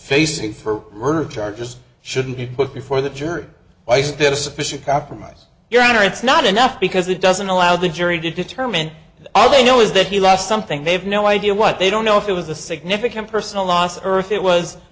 facing for murder charges shouldn't be put before the jury i think this official coppermine your honor it's not enough because it doesn't allow the jury to determine all they know is that he lost something they have no idea what they don't know if it was a significant personal loss or earth it was